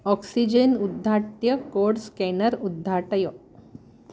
oxygen उद्धाट्य code scanner उद्धाटय